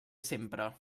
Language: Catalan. sempre